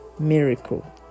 Miracle